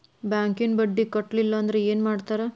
ಬ್ಯಾಂಕಿನ ಬಡ್ಡಿ ಕಟ್ಟಲಿಲ್ಲ ಅಂದ್ರೆ ಏನ್ ಮಾಡ್ತಾರ?